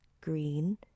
green